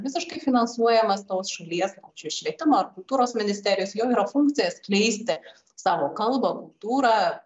visiškai finansuojamas tos šalies švietimo ar kultūros ministerijos jau yra funkcija skleisti savo kalbą kultūrą